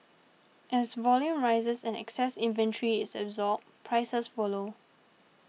as volume rises and excess inventory is absorbed prices follow